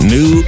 New